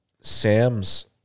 Sam's